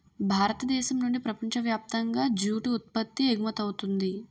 భారతదేశం నుండి ప్రపంచ వ్యాప్తంగా జూటు ఉత్పత్తి ఎగుమవుతుంది